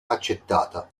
accettata